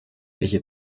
welche